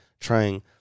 trying